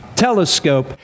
telescope